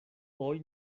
hoy